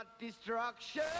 Destruction